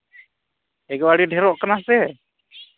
ᱮᱜᱳ ᱟᱹᱰᱤ ᱰᱷᱮᱨᱚᱜ ᱠᱟᱱᱟ ᱥᱮ